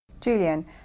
Julian